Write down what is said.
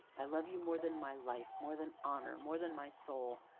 i love you more than my life more than honor more than my soul